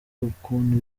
ukuntu